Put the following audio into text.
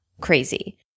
crazy